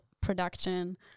production